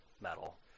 metal